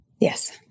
Yes